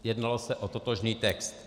Jednalo se o totožný text.